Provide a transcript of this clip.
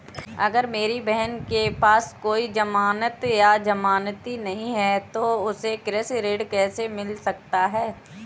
अगर मेरी बहन के पास कोई जमानत या जमानती नहीं है तो उसे कृषि ऋण कैसे मिल सकता है?